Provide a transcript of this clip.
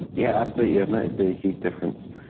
yeah absolutely, i've noticed a huge difference,